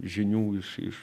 žinių iš iš